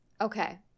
Okay